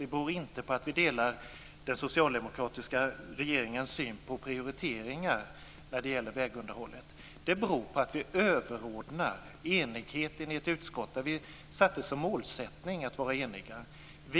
Det beror inte på att vi inte delar den socialdemokratiska regeringens syn på prioriteringar när det gäller vägunderhållet. Det beror på att vi överordnar enigheten i ett utskott, där utskottets ledamöter har satt som mål att vara eniga.